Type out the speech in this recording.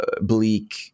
bleak